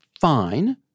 fine